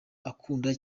akunda